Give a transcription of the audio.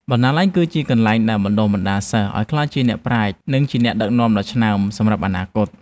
បណ្ណាល័យ គឺជាកន្លែងដែលបណ្តុះបណ្តាលសិស្សឱ្យក្លាយជាអ្នកប្រាជ្ញ និងជាអ្នកដឹកនាំដ៏ឆ្នើមសម្រាប់អនាគត។